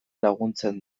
laguntzen